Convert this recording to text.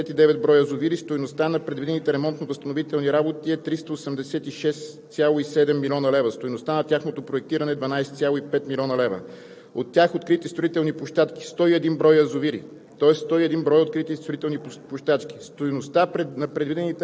13 януари са ми данните, са одобрени проекти за 159 броя язовири. Стойността на предвидените ремонтно-възстановителни работи е 386,7 млн. лв. Стойността на тяхното проектиране е 12,5 млн. лв. От тях с открити строителни площадки – 101 броя язовири,